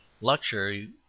Luxury